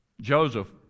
Joseph